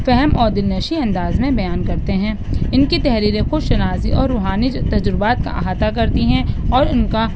فہم اور دلنشیں انداز میں بیان کرتے ہیں ان کی تحریریں خوش شناسی اور روحانی تجربات کا احاطہ کرتی ہیں اور ان کا